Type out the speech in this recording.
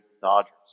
Dodgers